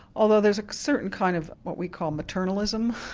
although there's a certain kind of what we call maternalism,